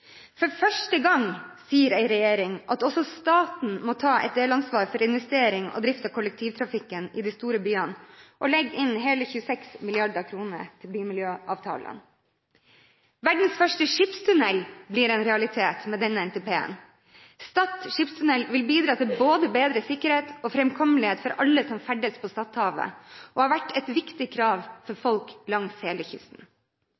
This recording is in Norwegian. For første gang sier en regjering at også staten må ta et delansvar for investering og drift av kollektivtrafikken i de store byene, og legger inn hele 26 mrd. kr til bymiljøavtalene. Verdens første skipstunnel blir en realitet med denne NTP-en. Stad Skipstunnel vil bidra til bedre både sikkerhet og framkommelighet for alle som ferdes på Stadhavet, og har vært et viktig krav for folk langs hele kysten.